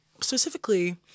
specifically